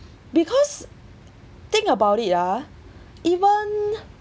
because think about it ah even